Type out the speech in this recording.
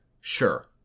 sure